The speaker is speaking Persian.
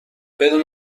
بدون